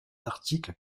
l’article